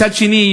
מצד שני,